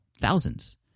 thousands